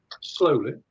slowly